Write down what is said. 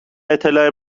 اطلاع